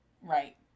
right